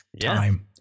time